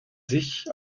sich